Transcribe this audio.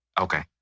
Okay